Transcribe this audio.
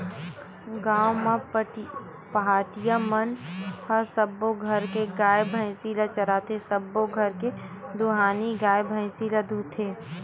गाँव म पहाटिया मन ह सब्बो घर के गाय, भइसी ल चराथे, सबो घर के दुहानी गाय, भइसी ल दूहथे